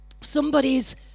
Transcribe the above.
Somebody's